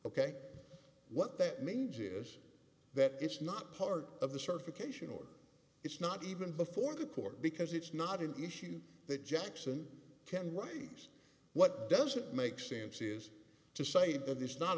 ok what that means is that it's not part of the certification or it's not even before the court because it's not an issue that jackson can write what doesn't make sense is to say that this is not